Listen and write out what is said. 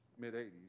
mid-80s